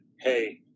hey